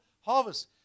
harvest